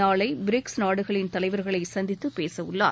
நாளை பிரிக்ஸ் நாடுகளின் தலைவர்களைச் சந்தித்துப் பேசவுள்ளார்